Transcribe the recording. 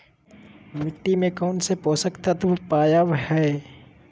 मिट्टी में कौन से पोषक तत्व पावय हैय?